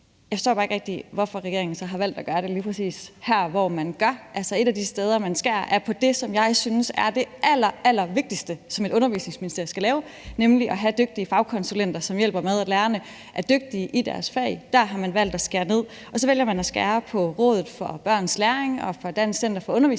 det lige præcis der, hvor man gør det. Et af de steder, man skærer, er på det, som jeg synes er det allerallervigtigste, som et Undervisningsministerie skal sørge for, nemlig at have dygtige fagkonsulenter, som hjælper med at sørge for, at lærerne er dygtige i deres fag. Der har man valgt at skære ned. Og så vælger man at skære på Rådet for Børns Læring og på Dansk Center for Undervisningsmiljø,